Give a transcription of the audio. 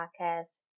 podcast